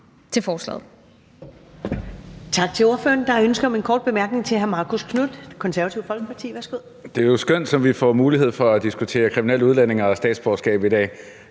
til forslaget.